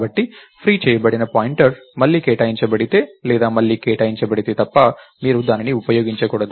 కాబట్టి ఫ్రీ చేయబడిన పాయింటర్ మళ్లీ కేటాయించబడితే లేదా మళ్లీ కేటాయించబడితే తప్ప మీరు దానిని ఉపయోగించకూడదు